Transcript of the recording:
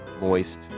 moist